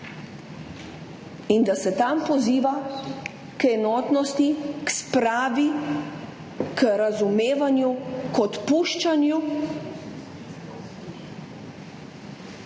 In da se tam poziva k enotnosti, k spravi, k razumevanju, k odpuščanju